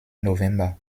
november